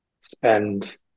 spend